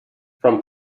from